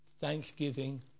Thanksgiving